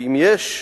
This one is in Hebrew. ואם יש איומים,